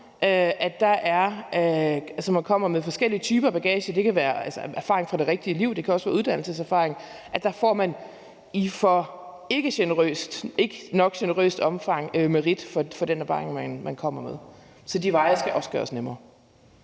Man kommer med forskellige typer bagage. Det kan være erfaring fra det virkelige liv. Det kan også være uddannelseserfaring. Problemet i dag er, at rigtig, rigtig mange ikke i generøst nok omfang får merit for den erfaring, man kommer med. Så de veje skal også gøres nemmere.